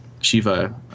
Shiva